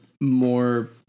more